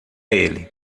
ele